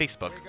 Facebook